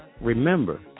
Remember